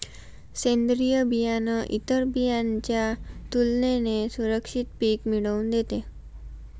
सेंद्रीय बियाणं इतर बियाणांच्या तुलनेने सुरक्षित पिक मिळवून देते